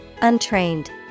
Untrained